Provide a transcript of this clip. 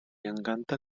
encanta